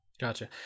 Gotcha